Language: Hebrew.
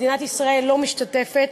מדינת ישראל לא משתתפת.